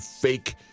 fake